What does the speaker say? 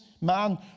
man